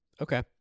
Okay